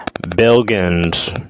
Belgians